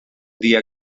dia